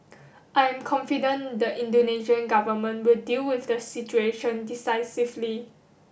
I am confident the Indonesian Government will deal with the situation decisively